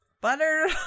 butter